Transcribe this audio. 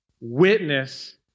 witness